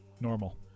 normal